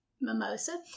mimosa